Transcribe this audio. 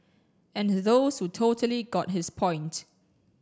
and those who totally got his point